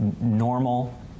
normal